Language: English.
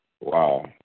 Wow